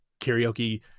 karaoke